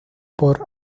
por